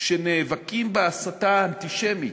שנאבקים בהסתה האנטישמית,